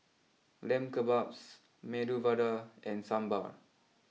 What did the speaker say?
Lamb Kebabs Medu Vada and Sambar